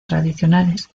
tradicionales